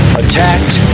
attacked